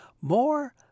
more